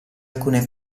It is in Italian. alcune